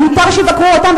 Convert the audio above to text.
אז מותר שיבקרו אותם,